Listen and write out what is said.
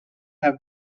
have